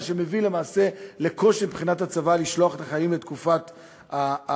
מה שמביא למעשה לקושי מבחינת הצבא לשלוח את החיילים לתקופת הקורס.